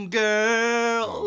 girl